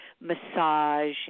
massage